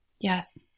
Yes